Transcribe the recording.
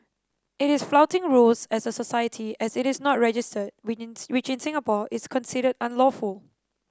it is flouting rules as a society as it is not registered which in Singapore is considered unlawful